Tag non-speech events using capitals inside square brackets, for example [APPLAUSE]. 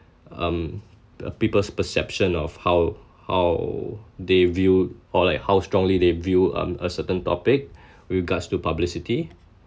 um the people's perception of how how they view or like how strongly they view um a certain topic [BREATH] with regards to publicity